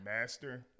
master